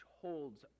holds